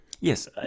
Yes